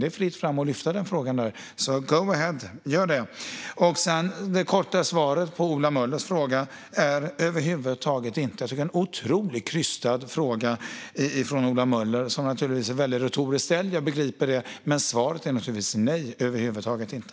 Det är fritt fram att lyfta den frågan där, så go ahead - gör det! Det korta svaret på Ola Möllers fråga är förstås: över huvud taget inte. Jag tycker att det är en otroligt krystad fråga. Den är naturligtvis retoriskt ställd - jag begriper det - men svaret är givetvis: nej, över huvud taget inte.